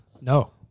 No